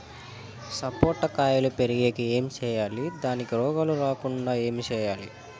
సపోట కాయలు పెరిగేకి ఏమి సేయాలి దానికి రోగాలు రాకుండా ఏమి సేయాలి?